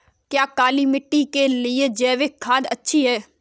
क्या काली मिट्टी के लिए जैविक खाद अच्छी है?